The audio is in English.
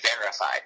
verified